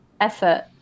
effort